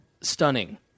stunning